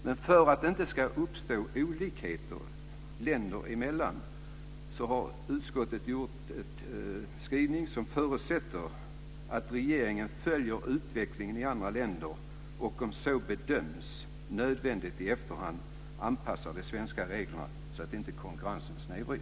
Men för att det inte ska uppstå olikheter länder emellan förutsätter utskottet i den skrivning som gjorts att regeringen följer utvecklingen i andra länder och om så bedöms nödvändigt i efterhand anpassar de svenska reglerna så att inte konkurrensen snedvrids.